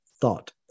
thought